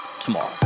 tomorrow